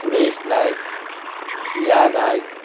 Suresh Naik Siya Naik